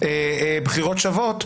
בחירות שוות,